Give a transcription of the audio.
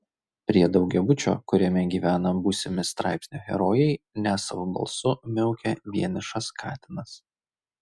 prie daugiabučio kuriame gyvena būsimi straipsnio herojai nesavu balsu miaukia vienišas katinas